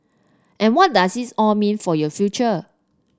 and what does it all mean for your future